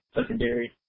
secondary